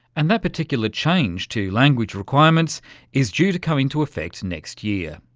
and that particular change to language requirements is due to come into effect next year.